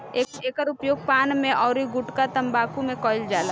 एकर उपयोग पान में अउरी गुठका तम्बाकू में कईल जाला